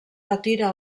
retira